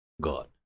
God